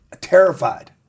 terrified